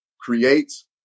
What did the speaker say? creates